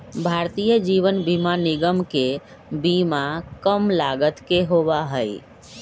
भारतीय जीवन बीमा निगम के बीमा कम लागत के होबा हई